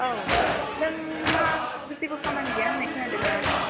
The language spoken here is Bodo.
औ नोंहा जेबो खामानि गैया होननाय खोनादोंमोन आं